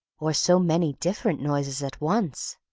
or so many different noises at once.